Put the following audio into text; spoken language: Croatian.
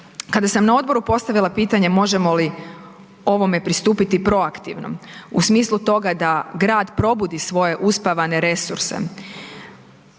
Kada sam na odboru postavila pitanje možemo li ovome pristupiti proaktivno u smislu toga da da grad probudi svoje uspavane resurse